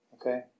Okay